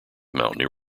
mountain